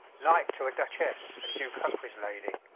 like to a duchesse, and duke humfreyes lady,